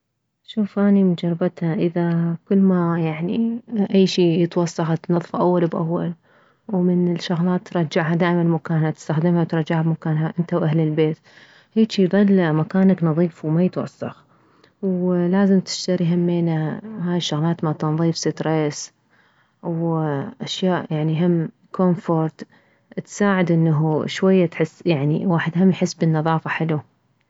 شوف اني مجربتها اذا كلما يعني اي شي يتوسخ تنظفه اول باول ومن الشغلات رجعها دائما مكانها تستخدمها وترجعها لمكانها انت واهل البيت هيجي يظل مكانك نظيف وما يتوسخ ولازم تشتري همينه هاي الشغلات مالتنظيف ستريس و اشياء يعني هم كومفورت تساعد انه شوية تحس يعني واحد هم يحس بالنظافة حلو